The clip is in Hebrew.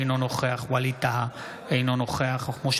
אינו נוכח ווליד טאהא,